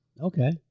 Okay